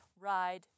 ride